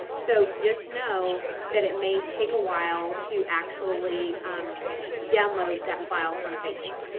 so just know that it may take a while to actually download that file from facebook.